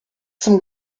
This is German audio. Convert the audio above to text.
zum